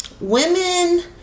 Women